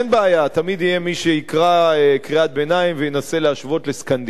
תמיד יהיה מי שיקרא קריאת ביניים וינסה להשוות לסקנדינביה,